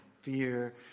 fear